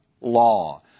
law